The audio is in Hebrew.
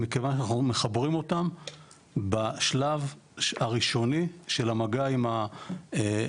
מכיוון שאנחנו מחברים אותם בשלב הראשוני של המגע עם מועמדי